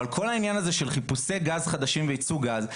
אבל כל העניין הזה של חיפושי גז חדשים לייצוא גז,